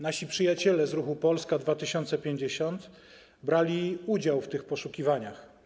Nasi przyjaciele z ruchu Polska 2050 brali udział w poszukiwaniach.